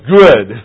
good